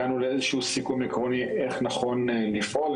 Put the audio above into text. הגענו לאיזשהו סיכום עקרוני איך נכון לפעול,